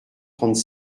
trente